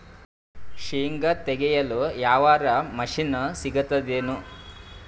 ಶೇಂಗಾ ತೆಗೆಯಲು ಯಾವರ ಮಷಿನ್ ಸಿಗತೆದೇನು?